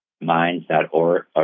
minds.org